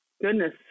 goodness